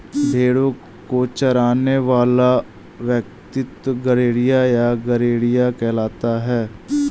भेंड़ों को चराने वाला व्यक्ति गड़ेड़िया या गरेड़िया कहलाता है